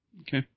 Okay